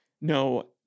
No